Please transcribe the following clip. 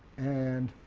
and